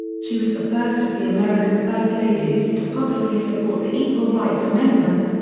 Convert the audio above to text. she was the first of the american first ladies to publicly support the equal rights amendment,